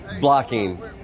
blocking